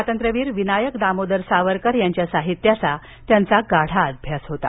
स्वातंत्र्यवीर विनायक दामोदर सावरकर यांच्या साहित्याचा त्यांचा गाढा अभ्यास होता